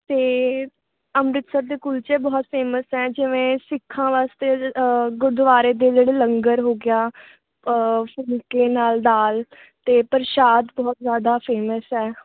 ਅਤੇ ਅੰਮ੍ਰਿਤਸਰ ਦੇ ਕੁਲਚੇ ਬਹੁਤ ਫੇਮਸ ਹੈ ਜਿਵੇਂ ਸਿੱਖਾਂ ਵਾਸਤੇ ਗੁਰਦੁਆਰੇ ਦੇ ਜਿਹੜੇ ਲੰਗਰ ਹੋ ਗਿਆ ਫੁਲਕੇ ਨਾਲ ਦਾਲ ਅਤੇ ਪ੍ਰਸ਼ਾਦ ਬਹੁਤ ਜ਼ਿਆਦਾ ਫੇਮਸ ਹੈ